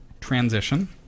transition